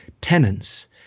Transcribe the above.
tenants